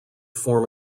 form